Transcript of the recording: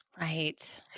Right